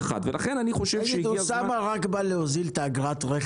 ולכן אני חושב ש --- אוסאמה בא רק להוזיל את אגרת הרכב.